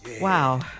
Wow